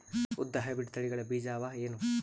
ಉದ್ದ ಹೈಬ್ರಿಡ್ ತಳಿಗಳ ಬೀಜ ಅವ ಏನು?